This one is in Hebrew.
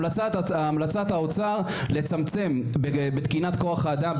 המלצת האוצר, לצמצם, בתקינת כוח האדם.